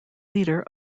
leader